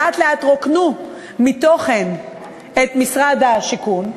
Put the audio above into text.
לאט-לאט רוקנו מתוכן את משרד השיכון,